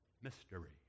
mystery